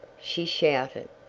she shouted,